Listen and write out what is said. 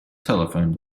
telephone